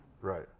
Right